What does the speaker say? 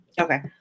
Okay